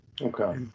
Okay